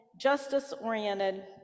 justice-oriented